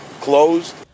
closed